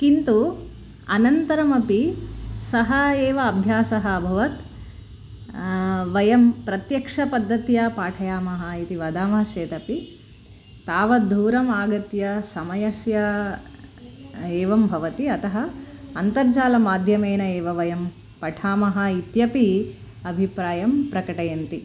किन्तु अनन्तरमपि सः एव अभ्यासः अभवत् वयं प्रत्यक्ष पद्धत्या पाठयामः इति वदामः चेदपि तावद्दूरम् आगत्य समयस्य एवं भवति अतः अन्तर्जालं माध्यमेन एव वयं पठामः इत्यपि अभिप्रायं प्रकटयन्ति